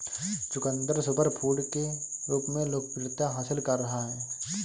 चुकंदर सुपरफूड के रूप में लोकप्रियता हासिल कर रहा है